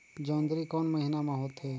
जोंदरी कोन महीना म होथे?